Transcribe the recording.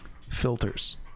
Filters